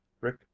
rick